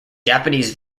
japanese